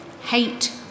hate